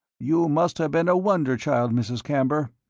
you must have been a wonder-child, mrs. camber,